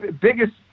biggest